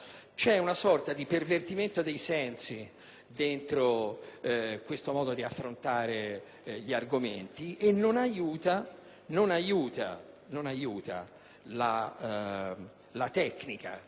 C'è una sorta di pervertimento dei sensi dentro questo modo di affrontare gli argomenti e non aiuta la tecnica